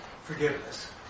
Forgiveness